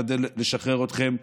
נשתדל לשחרר אתכם.